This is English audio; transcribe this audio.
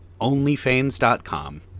OnlyFans.com